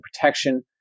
protection